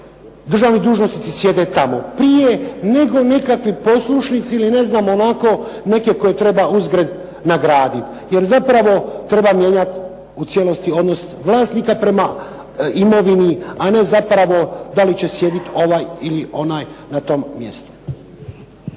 državni dužnosnici sjede tamo, prije nego nekakvi poslušnici ili ne znam onako koje treba uzgred nagraditi, jer zapravo treba mijenjati u cijelosti odnos vlasnika prema imovini, a ne zapravo da li će sjediti ovaj ili onaj na tom mjestu.